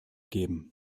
geben